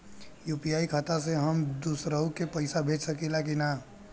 UPI खाता से हम दुसरहु के पैसा भेज सकीला की ना?